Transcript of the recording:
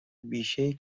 بیشهای